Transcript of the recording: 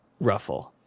ruffle